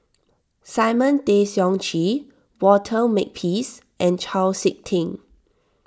Simon Tay Seong Chee Walter Makepeace and Chau Sik Ting